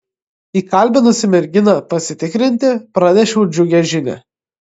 įkalbinusi merginą pasitikrinti pranešiau džiugią žinią